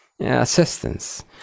Assistance